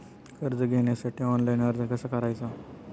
कर्ज घेण्यासाठी ऑनलाइन अर्ज कसा करायचा?